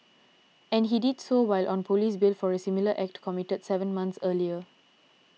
and he did so while on police bail for a similar act committed seven months earlier